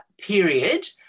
period